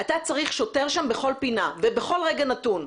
אתה צריך שוטר שם בכל פינה ובכל רגע נתון.